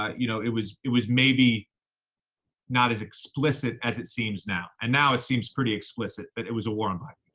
you know, it was, it was maybe not as explicit as it seems now, and now it seems pretty explicit, that it was a war on black